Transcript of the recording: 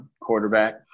quarterback